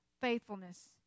faithfulness